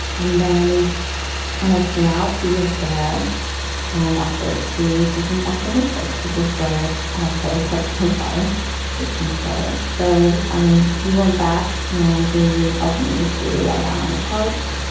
and then when i came out he was there and offered to take me back to his place which is where i had had parked my car we'd come together. so um we went back and he helped me to lie down on the couch.